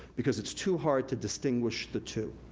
because it's too hard to distinguish the two.